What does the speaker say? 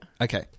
Okay